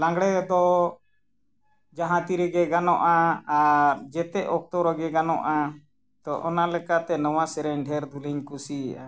ᱞᱟᱜᱽᱬᱮ ᱫᱚ ᱡᱟᱦᱟᱸ ᱛᱤᱨᱮᱜᱮ ᱜᱟᱱᱚᱜᱼᱟ ᱟᱨ ᱡᱷᱚᱛᱚ ᱚᱠᱛᱚ ᱨᱮᱜᱮ ᱜᱟᱱᱚᱜᱼᱟ ᱛᱚ ᱚᱱᱟ ᱞᱮᱠᱟᱛᱮ ᱱᱚᱣᱟ ᱥᱮᱨᱮᱧ ᱰᱷᱮᱨ ᱫᱷᱚᱞᱤᱧ ᱠᱩᱥᱤᱭᱟᱜᱼᱟ